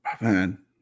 Man